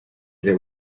there